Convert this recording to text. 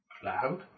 Cloud